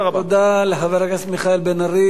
תודה לחבר הכנסת מיכאל בן-ארי.